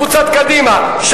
קבוצת קדימה של אורית זוארץ,